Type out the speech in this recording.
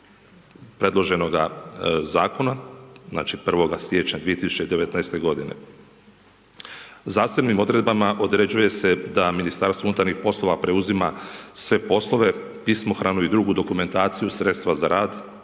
predloženoga zakona, znači 1.12019. g. Zasebnim odredbama određuje se da Ministarstvo unutarnjih poslova preuzima sve poslove, pismohranu i drugu dokumentaciju sredstva za rad,